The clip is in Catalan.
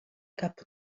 cap